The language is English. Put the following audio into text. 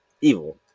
evil